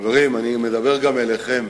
כבוד השר, אני מדבר גם אליך.